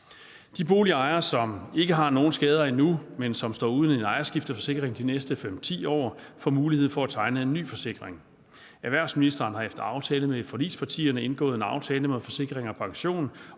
De boligejere, som ikke har nogen skader endnu, men som står uden en ejerskifteforsikring de næste 5-10 år, får mulighed for at tegne en ny forsikring. Erhvervsministeren har efter aftale med forligspartierne indgået en aftale med Forsikring & Pension